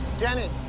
danny,